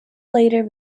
later